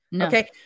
okay